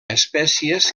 espècies